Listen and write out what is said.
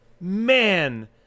man